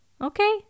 Okay